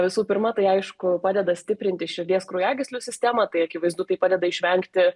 visų pirma tai aišku padeda stiprinti širdies kraujagyslių sistemą tai akivaizdu tai padeda išvengti